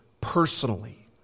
personally